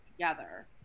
together